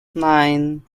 nine